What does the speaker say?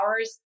hours